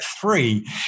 three